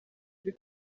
kuri